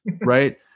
right